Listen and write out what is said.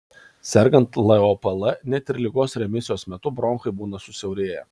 sergant lopl net ir ligos remisijos metu bronchai būna susiaurėję